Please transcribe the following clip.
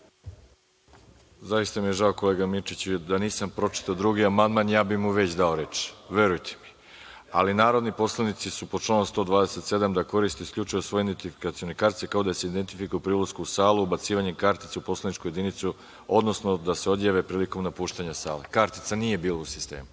Zaista mi je žao, kolega Mirčiću. Da nisam pročitao drugi amandman, ja bih mu već dao reč. Verujte mi. Ali, narodni poslanici su dužni po članu 127. da koriste isključivo svoje identifikacione kartice, kao i da se identifikuju pri ulasku u salu ubacivanjem kartice u poslaničku jedinicu, odnosno da se odjave prilikom napuštanja sale. Kartica nije bila u sistemu.